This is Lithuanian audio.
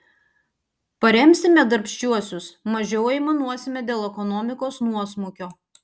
paremsime darbščiuosius mažiau aimanuosime dėl ekonomikos nuosmukio